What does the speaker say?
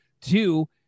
Two